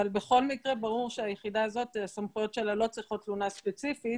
אבל בכל מקרה ברור שהסמכויות של היחידה הזאת לא צריכות תלונה ספציפית,